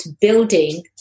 building